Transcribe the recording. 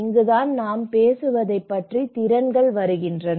இங்குதான் நாம் பேசுவதைப் பற்றி திறன்கள் வருகின்றன